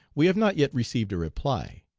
we have not yet received a reply.